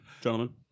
Gentlemen